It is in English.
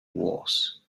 was